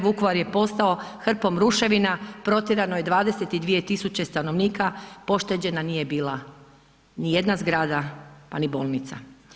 Vukovar je postao hrpom ruševina, protjerano je 22.000 stanovnika, pošteđena nije bila ni jedna zgrada, pa ni bolnica.